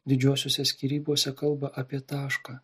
didžiosiose skyrybose kalba apie tašką